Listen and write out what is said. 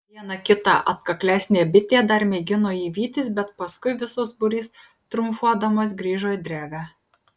viena kita atkaklesnė bitė dar mėgino jį vytis bet paskui visas būrys triumfuodamas grįžo į drevę